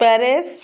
Paris